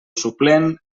suplent